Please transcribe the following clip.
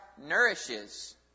nourishes